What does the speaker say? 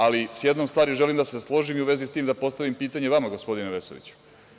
Ali, sa jednom stvari želim da se složim i u vezi sa tim da postavim pitanje vama gospodine Vesoviću.